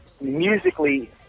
musically